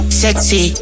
sexy